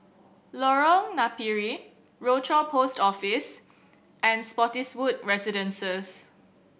Lorong Napiri Rochor Post Office and Spottiswoode Residences